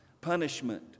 punishment